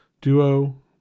duo